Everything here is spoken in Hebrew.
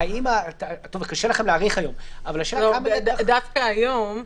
קשה לכם להעריך היום --- דווקא היום,